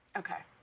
okay.